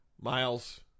Miles